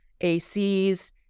acs